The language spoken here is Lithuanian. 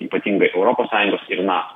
ypatingai europos sąjungos ir nato